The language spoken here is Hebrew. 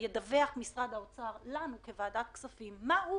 משרד האוצר ידווח לוועדת הכספים מה הוא,